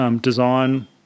design